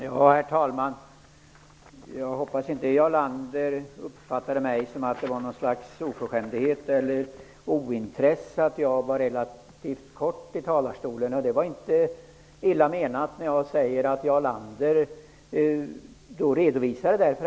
Herr talman! Jag hoppas att Jarl Lander inte uppfattade det som något slags oförskämdhet eller ointresse att jag var relativt kortfattad i talarstolen. Det jag sade var inte illa menat.